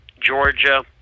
Georgia